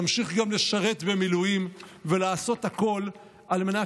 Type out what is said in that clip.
נמשיך גם לשרת במילואים ולעשות הכול על מנת